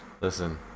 Listen